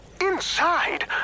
Inside